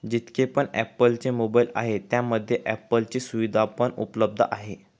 जितके पण ॲप्पल चे मोबाईल आहे त्यामध्ये ॲप्पल पे ची सुविधा पण उपलब्ध आहे